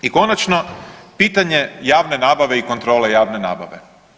I konačno pitanje javne nabave i kontrole javne nabave.